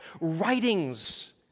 writings